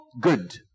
good